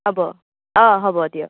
হ'ব অ হ'ব দিয়ক